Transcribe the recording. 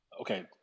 okay